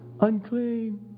unclean